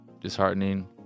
disheartening